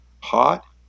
hot